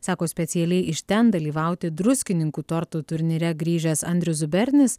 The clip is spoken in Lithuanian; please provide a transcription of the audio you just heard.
sako specialiai iš ten dalyvauti druskininkų tortų turnyre grįžęs andrius zubernis